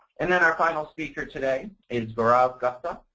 and then our final speaker today is gaurav gupta.